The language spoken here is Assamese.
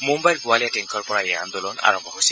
মুম্বাইৰ গোৱালিয়া টেংকৰ পৰা এই আন্দোলন আৰম্ভ হৈছিল